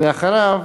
ואחריו,